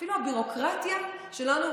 אפילו הביורוקרטיה שלנו,